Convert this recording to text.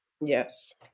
Yes